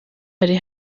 bari